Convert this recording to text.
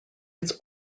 its